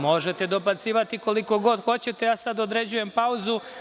Možete dobacivati koliko god hoćete, ja sada određujem pauzu.